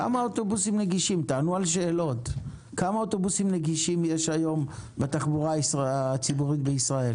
כמה אוטובוסים נגישים יש היום בתחבורה הציבורית בישראל?